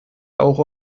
auch